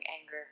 anger